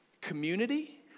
Community